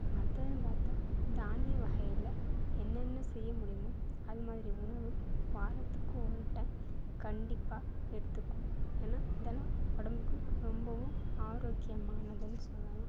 மற்றதுன்னு பார்த்தா தானிய வகையில் என்னென்ன செய்ய முடியுமோ அது மாதிரி உணவு வாரத்துக்கு ஒரு டைம் கண்டிப்பாக எடுத்துக்குவோம் ஏன்னால் இதல்லாம் உடம்புக்கு ரொம்பவும் ஆரோக்கியமானதுன்னு சொல்லலாம்